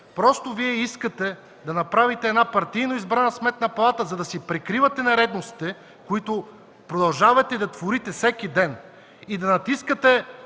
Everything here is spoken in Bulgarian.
Просто Вие искате да направите една партийно избрана Сметна палата, за да си прикривате нередностите, които продължавате да творите всеки ден и да натискате